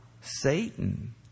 Satan